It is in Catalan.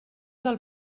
del